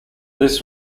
this